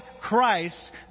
Christ